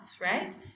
right